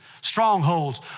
strongholds